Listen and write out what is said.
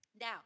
Now